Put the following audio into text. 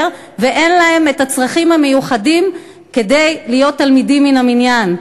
ואין להם האמצעים המיוחדים כדי להיות תלמידים מן המניין,